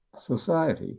society